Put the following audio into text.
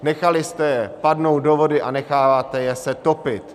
Nechali jste je padnout do vody a necháváte je se topit.